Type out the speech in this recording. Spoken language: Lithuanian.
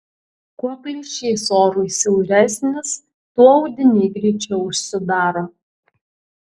kuo plyšys orui siauresnis tuo audiniai greičiau užsidaro